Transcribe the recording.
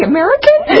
American